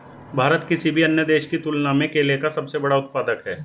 भारत किसी भी अन्य देश की तुलना में केले का सबसे बड़ा उत्पादक है